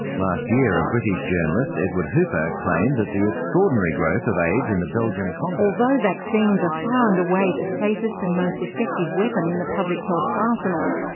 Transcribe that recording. last year, a british journalist, edward hooper, claimed that the extraordinary growth of aids in the belgian congo. although vaccines are ah far and away the safest and most effective weapon in the public health arsenal,